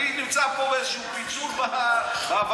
אני נמצא פה באיזה פיצול בהבנה.